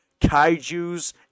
Kaijus